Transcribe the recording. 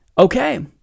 Okay